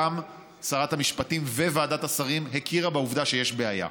גם שרת המשפטים וועדת השרים הכירה בעובדה שיש בעיה.